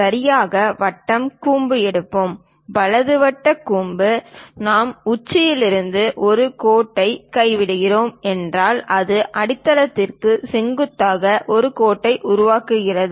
சரியான வட்ட கூம்பு எடுப்போம் வலது வட்டக் கூம்பு நாம் உச்சியில் இருந்து ஒரு கோட்டைக் கைவிடுகிறோம் என்றால் அது அடித்தளத்திற்கு செங்குத்தாக ஒரு கோட்டை உருவாக்குகிறது